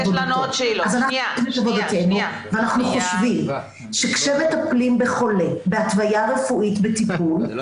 עבודתנו ואנחנו חושבים שכשמטפלים בחולה בהתוויה רפואית בטיפול,